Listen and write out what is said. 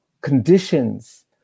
conditions